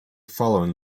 following